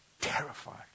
Terrified